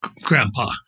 Grandpa